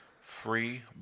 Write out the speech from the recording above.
Free